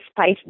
spice